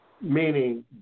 meaning